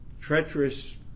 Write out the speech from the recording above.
treacherous